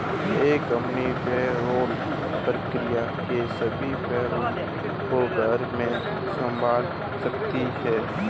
एक company payroll प्रक्रिया के सभी पहलुओं को घर में संभाल सकती है